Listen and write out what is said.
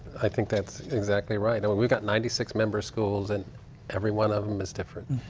i think that's exactly right. i mean we've got ninety six members schools and every one of them is different.